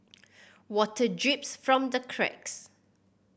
water drips from the cracks